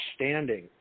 understanding